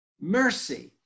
mercy